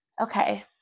Okay